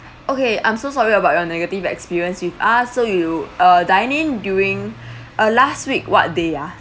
okay I'm so sorry about your negative experience with us so you uh dining during uh last week what day ah